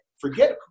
Forget